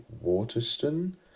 Waterston